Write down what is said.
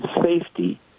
safety